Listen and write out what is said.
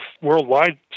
worldwide